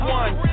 one